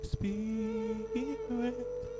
Spirit